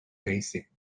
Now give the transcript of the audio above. basic